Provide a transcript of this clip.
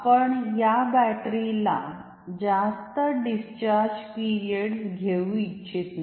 आपण या बॅटरीलाजास्त डिस्चार्ज पीरियड्स घेऊ इच्छित नाही